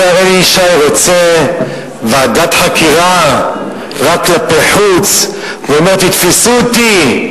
השר אלי ישי רוצה ועדת חקירה רק כלפי חוץ ואומר: תתפסו אותי?